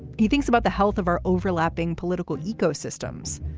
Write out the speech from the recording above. he thinks about the health of our overlapping political ecosystems.